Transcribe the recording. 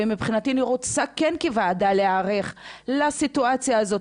אז מבחינתי אני כן רוצה כוועדה להיערך לסיטואציה הזאת.